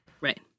Right